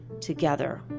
together